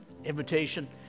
invitation